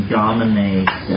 dominate